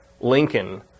Lincoln